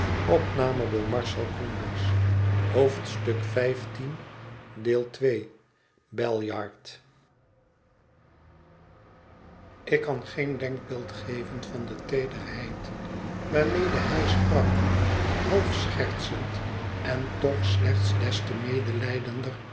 ik kan geen denkbeeld geven van de teederheid waarmede hij sprak half schertsend en toch slechts des te medelijdender